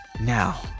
Now